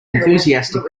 enthusiastic